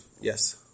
yes